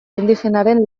indigenaren